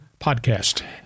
podcast